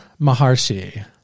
Maharshi